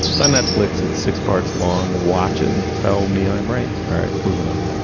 it's on netflix. it's six parts. long watch and tell me i'm right. all right. moving on.